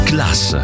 Class